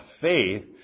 faith